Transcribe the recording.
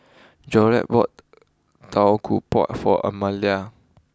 Jolette bought Tau Kwa Pau for Almedia